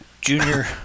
Junior